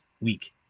week